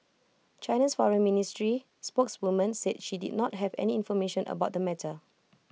China's Foreign Ministry spokeswoman said she did not have any information about the matter